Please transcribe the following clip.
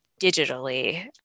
digitally